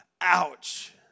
Ouch